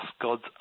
God's